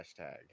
hashtag